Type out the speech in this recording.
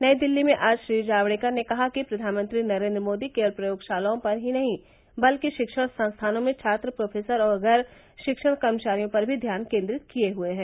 नई दिल्ली में आज श्री जावड़ेकर ने कहा कि फ्र्यानमंत्री नरेन्द्र मोदी केवल प्रयोगशालाओं पर ही नहीं बल्कि शिक्षण संस्थानों में छात्र प्रोफेसर और गैर शिक्षण कर्मचारियों पर भी ध्यान केन्द्रित किये हुए हैं